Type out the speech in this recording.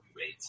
wait